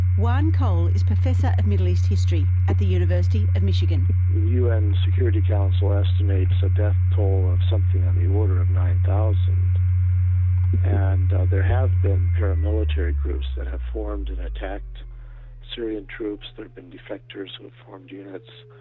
juan cole is professor of middle east history at the university of michigan. the un security council estimates a death toll of something of the order of nine thousand and there have been paramilitary groups that have formed and attacked syrian troops, there've been defectors who have formed units.